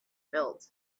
built